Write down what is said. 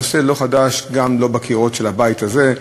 הנושא אינו חדש, גם לא בין קירות הבית הזה,